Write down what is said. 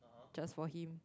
just for him